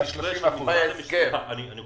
יש